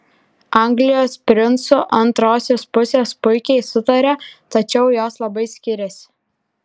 anglijos princų antrosios pusės puikiai sutaria tačiau jos labai skiriasi